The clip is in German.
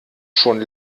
schon